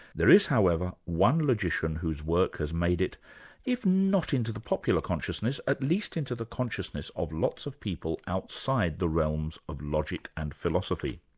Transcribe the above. there is, however, one logician whose work has made it if not into the popular consciousness, at least into the consciousness of lots of people outside the realms of logic and philosophy.